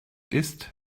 ist